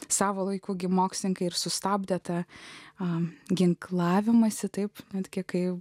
savo laiku gi mokslininkai ir sustabdėte a ginklavimąsi taip netgi kai